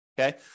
Okay